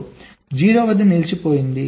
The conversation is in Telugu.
0 వద్ద నిలిచిపోయింది